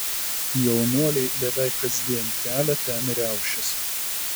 jaunuoliai beveik kasdien kelia ten riaušes